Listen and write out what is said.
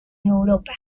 europa